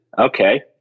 okay